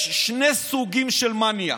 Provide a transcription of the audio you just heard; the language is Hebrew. יש שני סוגים של מניאק,